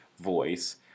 voice